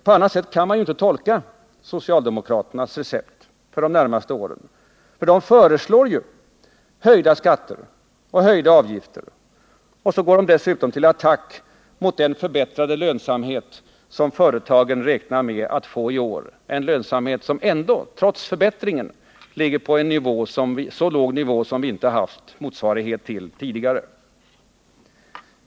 På annat sätt kan man ju inte tolka socialdemokraternas recept för de närmaste åren. De föreslår ju höjda skatter och höjda avgifter, och dessutom går de till attack mot den förbättrade lönsamhet som företagen räknar med att få i år — en lönsamhet som ändå, trots förbättringen, ligger på en så låg nivå som vi inte haft motsvarighet till tidigare.